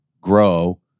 grow